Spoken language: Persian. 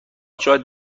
شاید